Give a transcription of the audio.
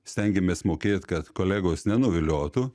stengiamės mokėt kad kolegos nenuviliotų